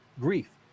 grief